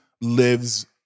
lives